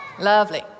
lovely